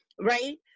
right